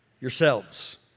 yourselves